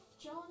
John